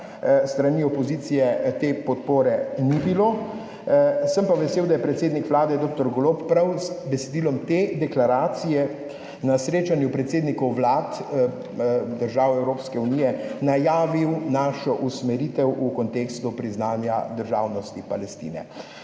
strani opozicije te podpore ni bilo, sem pa vesel, da je predsednik Vlade dr. Golob prav z besedilom te deklaracije na srečanju predsednikov vlad držav Evropske unije najavil našo usmeritev v kontekstu priznanja državnosti Palestine.